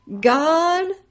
God